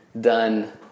done